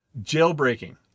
Jailbreaking